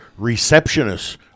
receptionists